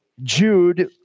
Jude